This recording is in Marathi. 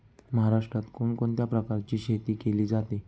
महाराष्ट्रात कोण कोणत्या प्रकारची शेती केली जाते?